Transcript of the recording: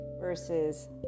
versus